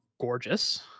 gorgeous